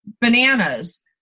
bananas